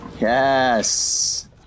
Yes